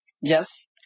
Yes